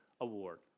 Award